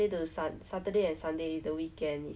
I wanted to do something that